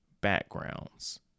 backgrounds